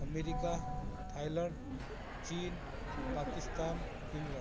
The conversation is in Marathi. अमेरिका थायलंड चीन पाकिस्तान इंग्लंड